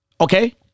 Okay